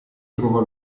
trova